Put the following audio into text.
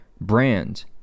brand